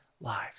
lives